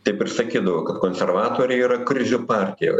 taip ir sakydavo kad konservatoriai yra krizių partija